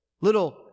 little